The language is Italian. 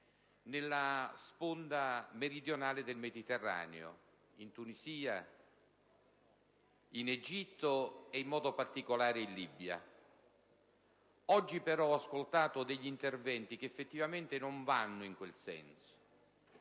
nella sponda meridionale del Mediterraneo: in Tunisia, in Egitto, e in modo particolare in Libia. Oggi però ho ascoltato degli interventi che effettivamente non vanno in quel senso.